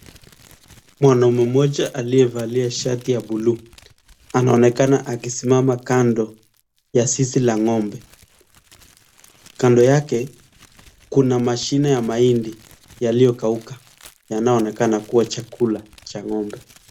Mwanaume moja aliyevalia shati la buluu anaonekana akisimama kando ya zizi la ng'ombe. Kando yake kuna mashine ya mahindi yaliyokauka yanaonekana kuwa chakula cha ng'ombe.